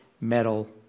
metal